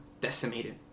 decimated